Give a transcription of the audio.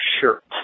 shirt